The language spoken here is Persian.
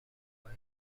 باید